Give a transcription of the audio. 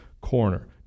corner